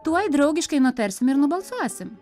tuoj draugiškai nutarsim ir nubalsuosim